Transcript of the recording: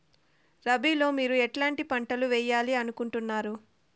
రబిలో మీరు ఎట్లాంటి పంటలు వేయాలి అనుకుంటున్నారు?